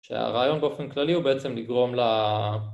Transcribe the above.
שהרעיון באופן כללי הוא בעצם לגרום ל...